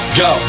go